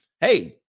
Hey